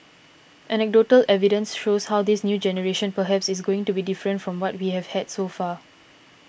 anecdotal evidence shows how this new generation perhaps is going to be different from what we have had so far